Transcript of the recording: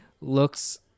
looks